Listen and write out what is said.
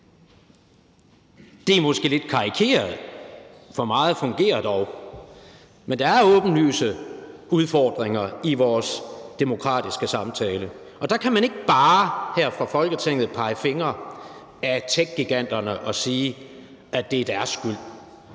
Det er måske lidt karikeret, for meget fungerer dog, men der er åbenlyse udfordringer i vores demokratiske samtale, og der kan man ikke bare her fra Folketingets side pege fingre ad techgiganterne og sige, at det er deres skyld,